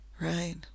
right